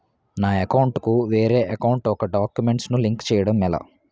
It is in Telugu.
నా అకౌంట్ కు వేరే అకౌంట్ ఒక గడాక్యుమెంట్స్ ను లింక్ చేయడం ఎలా?